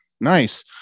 nice